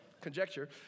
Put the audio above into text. conjecture